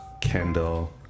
kendall